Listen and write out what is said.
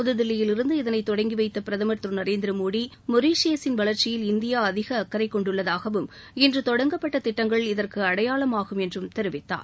புதுதில்லியிலிருந்து இதனை தொடங்கி வைத்த பிரதமர் திரு நரேந்திரமோடி மொரீஷியஸின் வளர்ச்சியில் இந்தியா அதிக அக்கறை கொண்டுள்ளதாகவும் இன்று தொடங்கப்பட்ட திட்டங்கள் இதற்கு அடையாளமாகும் என்றும் தெரிவித்தார்